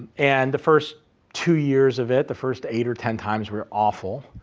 and the first two years of it, the first eight or ten times were awful,